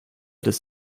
des